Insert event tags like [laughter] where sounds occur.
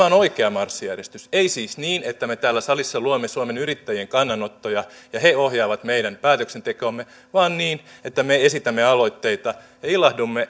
[unintelligible] on oikea marssijärjestys ei siis niin että me täällä salissa luomme suomen yrittäjien kannanottoja ja he ohjaavat meidän päätöksentekoamme vaan niin että me esitämme aloitteita ja ilahdumme [unintelligible]